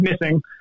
missing